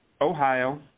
Ohio